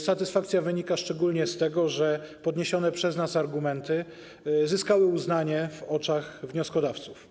Satysfakcja wynika szczególnie z tego, że podniesione przez nas argumenty zyskały uznanie w oczach wnioskodawców.